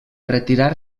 retirar